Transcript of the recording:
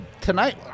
tonight